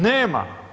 Nema.